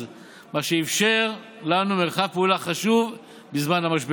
ומה אפשר היה לעשות בכסף הזה, אדוני השר?